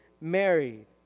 married